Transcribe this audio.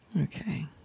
Okay